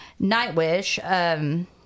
Nightwish